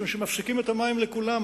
משום שמפסיקים את המים לכולם,